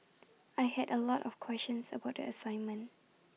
I had A lot of questions about the assignment